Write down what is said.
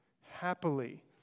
Happily